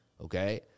okay